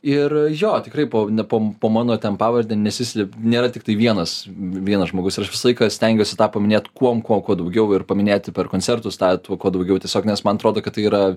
ir jo tikrai po ne pom po mano ten pavarde nesislėp nėra tiktai vienas vienas žmogus ir aš visą laiką stengiuosi tą paminėt kuom kuo ko daugiau ir paminėti per koncertus tą tuo kuo daugiau tiesiog nes man atrodo kad tai yra